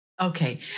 Okay